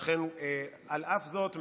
ולכן על אף זאת,